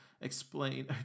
explain